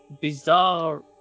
bizarre